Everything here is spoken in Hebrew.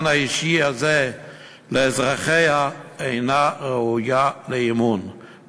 האישי הזה לאזרחיה אינה ראויה לאמון,